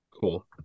Cool